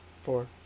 Four